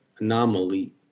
Anomaly